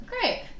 Great